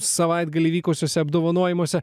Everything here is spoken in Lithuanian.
savaitgalį vykusiuose apdovanojimuose